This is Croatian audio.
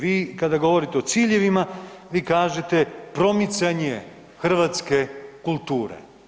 Vi kada govorite o ciljevima vi kažete promicanje hrvatske kulture.